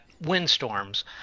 windstorms